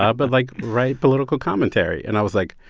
ah but, like, write political commentary. and i was like,